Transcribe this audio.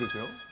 you